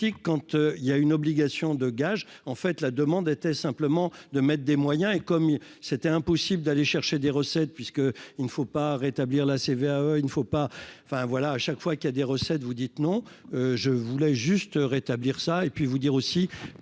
Kant il y a une obligation de gage en fait la demande était simplement de mettre des moyens, et comme c'était impossible d'aller chercher des recettes puisque il ne faut pas rétablir la CVAE, il ne faut pas enfin voilà, à chaque fois qu'il y a des recettes, vous dites non, je voulais juste rétablir ça et puis vous dire aussi